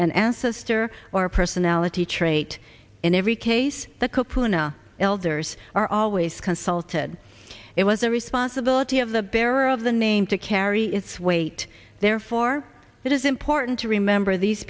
and ancestor or personality trait in every case the couple in a elders are always consulted it was the responsibility of the bearer of the name to carry its weight therefore it is important to remember these